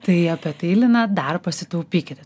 tai apie tai lina dar pasitaupykite